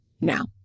now